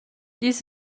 dies